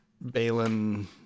Balin